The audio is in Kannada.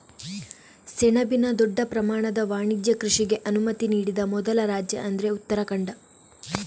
ಸೆಣಬಿನ ದೊಡ್ಡ ಪ್ರಮಾಣದ ವಾಣಿಜ್ಯ ಕೃಷಿಗೆ ಅನುಮತಿ ನೀಡಿದ ಮೊದಲ ರಾಜ್ಯ ಅಂದ್ರೆ ಉತ್ತರಾಖಂಡ